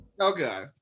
Okay